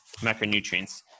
macronutrients